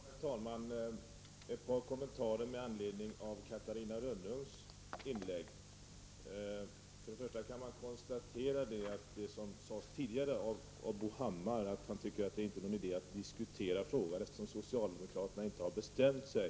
Herr talman! Jag har några kommentarer med anledning av Catarina Rönnungs inlägg. Bo Hammar sade tidigare att han inte tyckte det var någon idé att diskutera frågan med socialdemokraterna, eftersom socialdemokraterna inte har bestämt sig.